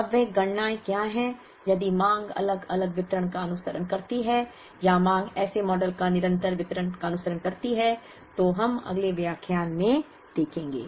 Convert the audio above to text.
अब वे गणनाएं क्या हैं यदि मांग अलग अलग वितरण का अनुसरण करती है या मांग ऐसे मॉडल का निरंतर वितरण का अनुसरण करती है तो हम अगले व्याख्यान में देखेंगे